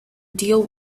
deal